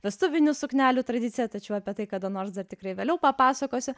vestuvinių suknelių tradicija tačiau apie tai kada nors dar tikrai vėliau papasakosiu